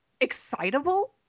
excitable